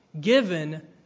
given